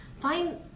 Find